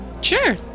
Sure